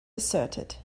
asserted